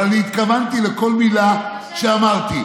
אבל אני התכוונתי לכל מילה שאמרתי.